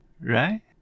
right